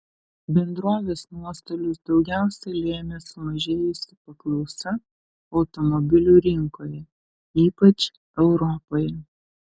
bendrovės nuostolius daugiausiai lėmė sumažėjusi paklausa automobilių rinkoje ypač europoje